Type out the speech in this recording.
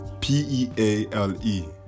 P-E-A-L-E